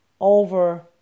over